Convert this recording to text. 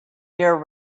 year